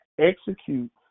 execute